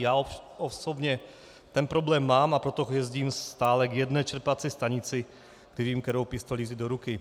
Já osobně ten problém mám, a proto jezdím stále k jedné čerpací stanici, kde vím, kterou pistoli vzít do ruky.